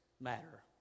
matter